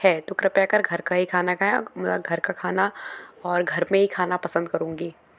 है तो कृपया कर घर का ही खाना खाए घर का खाना और घर में ही खाना पसंद करूंगी